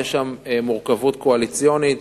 יש שם מורכבות קואליציונית.